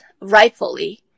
rightfully